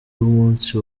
w’umunsi